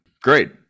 Great